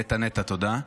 נטע, נטע, תודה.